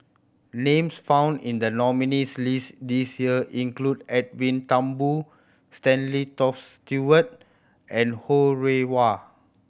names found in the nominees' list this year include Edwin Thumboo Stanley Toft Stewart and Ho Rih Hwa